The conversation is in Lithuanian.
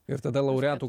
ir tada laureatų